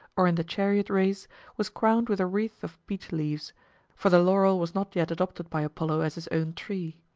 or in the chariot race was crowned with a wreath of beech leaves for the laurel was not yet adopted by apollo as his own tree.